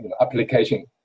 application